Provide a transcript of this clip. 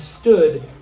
stood